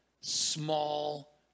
small